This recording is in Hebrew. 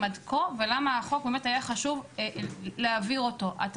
עד כה ומדוע היה חשוב להעביר את החוק?